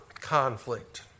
conflict